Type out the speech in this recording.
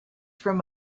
from